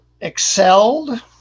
excelled